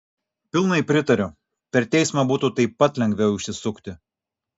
pilnai pritariu per teismą būtų taip pat lengviau išsisukti